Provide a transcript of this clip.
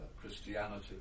Christianity